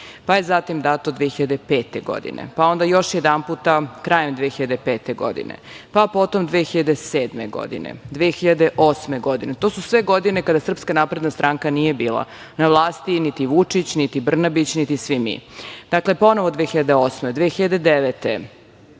pa je zatim dato 2005. godine, pa onda još jedanput krajem 2005. godine, pa potom 2007. godine, 2008. godine. To su sve godine kada Srpska napredna stranka nije bila na vlasti, niti Vučić, niti Brnabić, niti svi mi. Dakle, ponovo 2008, 2009.